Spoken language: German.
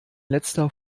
letzter